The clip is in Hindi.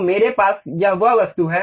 तो मेरे पास वह वस्तु है